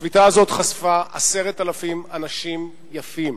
השביתה הזאת חשפה 10,000 אנשים יפים,